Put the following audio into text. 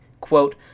Quote